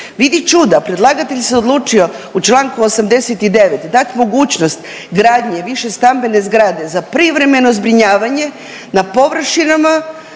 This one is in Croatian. Vidi čuda, predlagatelj se odlučio u čl. 89 dati mogućnost gradnje višestambene zgrade za privremeno zbrinjavanje na površinama